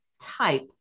type